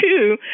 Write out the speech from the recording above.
two